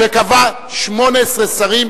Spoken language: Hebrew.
שקבע 18 שרים.